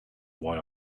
why